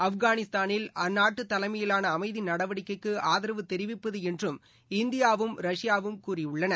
ஆப்கானிஸ்தானில் அந்நாட்டு தலைமையிலான அமைதி நடவடிக்கைக்கு ஆதரவு தெரிவிப்பது என்றும் இந்தியாவும் ரஷ்யாவும் கூறியுள்ளன